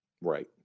right